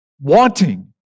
wanting